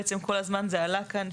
בעצם זה כל הזמן עלה כאן,